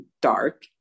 dark